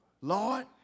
Lord